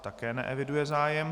Také neeviduji zájem.